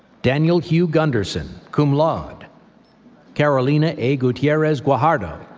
daniel hugh gunderson, cum laude carolina a. gutierrez guajardo,